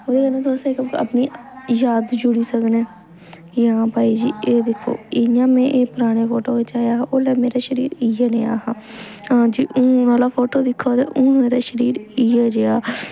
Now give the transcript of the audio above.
एह्दे कन्नै तुस इक अपनी याद जुड़ी सकने कि हां भाई जी एह् दिक्खो इ'यां में एह् पराने फोटो बिच्च हा उल्लै मेरा शरीर इ'यै नेहा हा हां जी हून आह्ला फोटो दिक्खो ते हून मेरा शरीर इ'यै जेहा